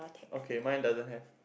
okay mine doesn't have